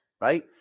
right